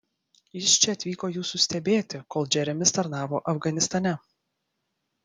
jis čia atvyko jūsų stebėti kol džeremis tarnavo afganistane